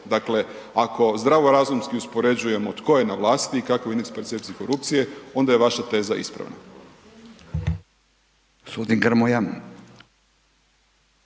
Dakle, ako zdravorazumski uspoređujemo tko je na vlasti i kakav je indeks u percepciji korupcije onda je vaša teza ispravna.